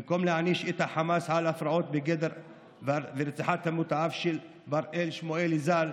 במקום להעניש את החמאס על הפרעות בגדר והרצח המתועב של בראל שמואלי ז"ל,